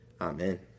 Amen